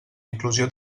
inclusió